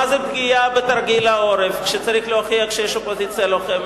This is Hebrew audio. מה זה פגיעה בתרגיל העורף כשצריך להוכיח שיש אופוזיציה לוחמת?